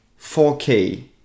4k